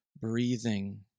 breathing